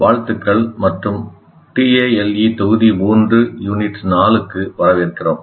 வாழ்த்துக்கள் மற்றும் TALE தொகுதி 3 யூனிட் 4 க்கு வரவேற்கிறோம்